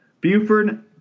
Buford